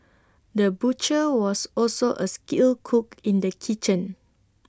the butcher was also A skilled cook in the kitchen